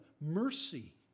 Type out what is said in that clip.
mercy